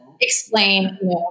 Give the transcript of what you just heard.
explain